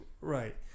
right